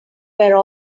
were